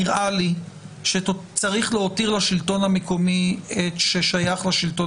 נראה לי שצריך להותיר לשלטון המקומי את ששייך לשלטון